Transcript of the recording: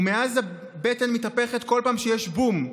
ומאז הבטן מתהפכת כל פעם שיש בום,